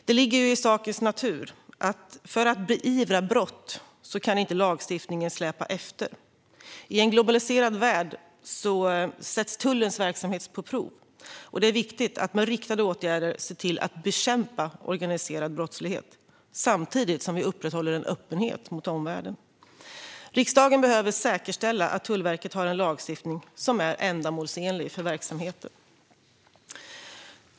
Det ligger i sakens natur att lagstiftningen inte kan släpa efter om brott ska kunna beivras. I en globaliserad värld sätts tullens verksamhet på prov, och det är viktigt att med riktade åtgärder bekämpa organiserad brottslighet, samtidigt som vi upprätthåller en öppenhet mot omvärlden. Riksdagen behöver säkerställa att Tullverket har en lagstiftning som är ändamålsenlig för verksamheten.